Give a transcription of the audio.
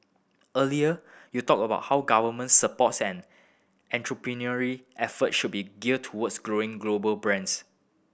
earlier you talked about how government supports and entrepreneurial effort should be geared towards growing global brands